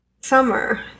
summer